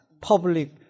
public